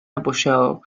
apoyado